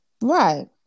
Right